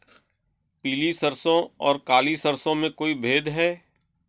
पीली सरसों और काली सरसों में कोई भेद है?